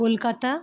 Kolkata